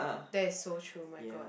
that's so true my god